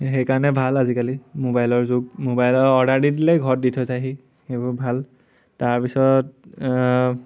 সেইকাৰণে ভাল আজিকালি মোবাইলৰ যুগ মোবাইলৰ অৰ্ডাৰ দি দিলে ঘৰত দি থৈ যায়হি সেইবোৰ ভাল তাৰপিছত